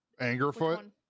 Angerfoot